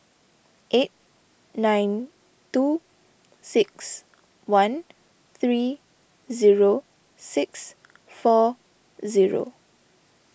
eight nine two six one three zero six four zero